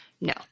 No